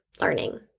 learning